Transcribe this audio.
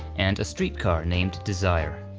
and a streetcar named desire.